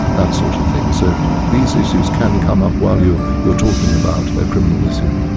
that sort of thing. so these issues can come up while you're you're talking about a criminal issue.